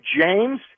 James